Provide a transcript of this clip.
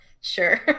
Sure